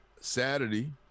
Saturday